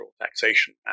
taxation